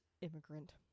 immigrant